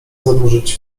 zanurzyć